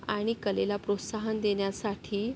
आणि कलेला प्रोत्साहन देण्यासाठी